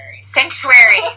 Sanctuary